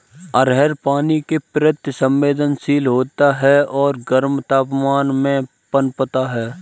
अरहर पानी के प्रति संवेदनशील होता है और गर्म तापमान में पनपता है